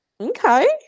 okay